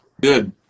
Good